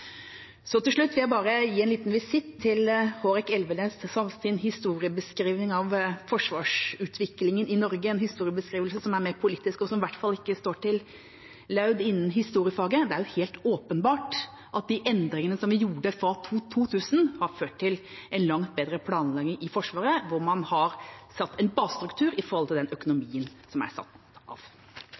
Til slutt en liten visitt til Hårek Elvenes’ historiebeskrivelse av forsvarsutviklingen i Norge, en historiebeskrivelse som er mer politisk, og som i hvert fall ikke står til laud innen historiefaget: Det er helt åpenbart at de endringene som vi gjorde fra 2000, har ført til en langt bedre planlegging i Forsvaret, hvor man har satt en basestruktur i forhold til den økonomien